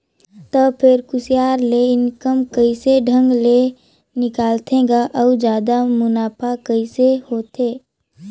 त फेर कुसियार ले इनकम कइसे ढंग ले निकालथे गा अउ जादा मुनाफा कइसे होथे